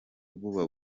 buba